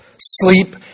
sleep